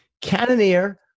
Cannoneer